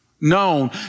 known